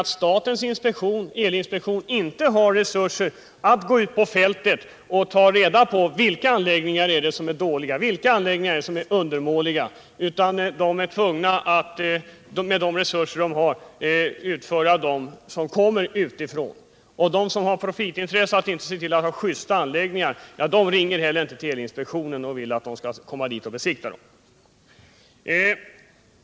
Anledningen är att statens elinspektion inte har resurser att gå ut på fältet och ta reda på vilka anläggningar som är undermåliga. Med de resurser som finns är statens elinspektion tvungen att klara av vad som kommer utifrån. De som på grund av profitintressena inte ser till att de har justa anläggningar ringer inte heller till elinspektionen och ber om besiktning.